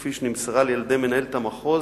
כפי שנמסרה לי על-ידי מנהלת המחוז,